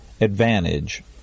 advantage